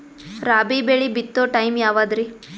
ರಾಬಿ ಬೆಳಿ ಬಿತ್ತೋ ಟೈಮ್ ಯಾವದ್ರಿ?